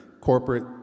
Corporate